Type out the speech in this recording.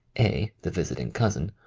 a, the visiting cousin,